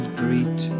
greet